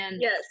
Yes